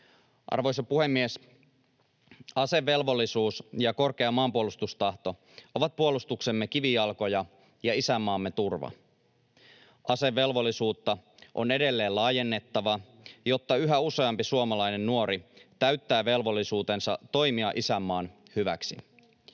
Arvoisa puhemies! Asevelvollisuus ja korkea maanpuolustustahto ovat puolustuksemme kivijalkoja ja isänmaamme turva. Asevelvollisuutta on edelleen laajennettava, jotta yhä useampi suomalainen nuori täyttää velvollisuutensa toimia isänmaan hyväksi.